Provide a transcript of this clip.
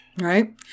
Right